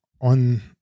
on